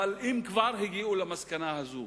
אבל הם כבר הגיעו למסקנה הזאת.